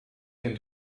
den